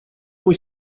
мой